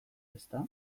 ezta